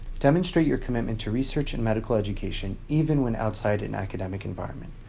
demonstrate your commitment to research and medical education, even when outside an academic environment.